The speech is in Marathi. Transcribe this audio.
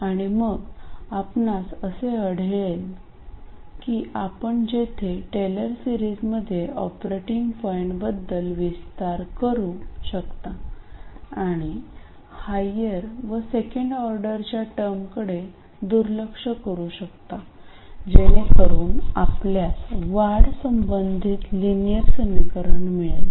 आणि मग आपणास असे आढळेल की आपण जेथे टेलर सेरीजमध्ये ऑपरेटिंग पॉईंटबद्दल विस्तार करू शकता आणि हायर व सेकंड ऑर्डरच्या टर्मकडे दुर्लक्ष करू शकता जेणेकरून आपल्यास वाढ संबंधित लिनियर समीकरण मिळेल